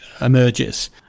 emerges